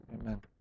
Amen